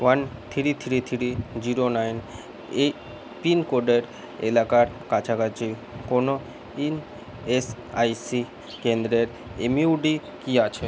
one three three three zero nine এই পিনকোডের এলাকার কাছাকাছি কোনও ইনএসআইসি কেন্দ্রের এমইউডি কি আছে